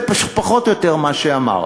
זה פחות או יותר מה שאמרת.